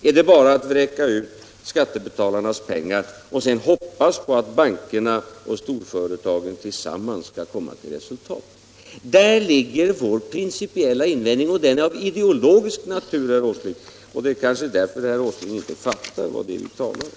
Är det bara att vräka ut skattebetalarnas pengar och sedan hoppas på att bankerna och storföretagen tillsammans skall komma till resultat? Där ligger vår principiella invändning, och den är av ideologisk natur, herr Åsling. Det är kanske därför herr Åsling inte fattar vad vi talar om.